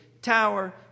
Tower